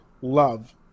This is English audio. love